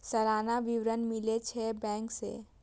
सलाना विवरण मिलै छै बैंक से?